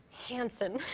hanson.